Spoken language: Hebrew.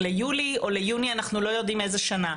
או ליוני אנחנו לא יודעים איזה שנה,